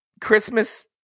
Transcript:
Christmas